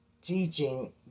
teaching